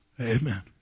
Amen